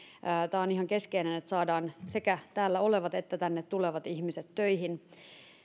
tämä on ihan keskeistä että saadaan sekä täällä olevat että tänne tulevat ihmiset töihin